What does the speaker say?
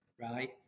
right